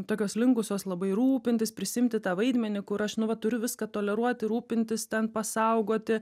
tokios linkusios labai rūpintis prisiimti tą vaidmenį kur aš nu vat turiu viską toleruoti rūpintis ten pasaugoti